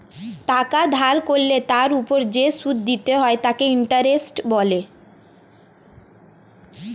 টাকা ধার করলে তার ওপর যে সুদ দিতে হয় তাকে ইন্টারেস্ট বলে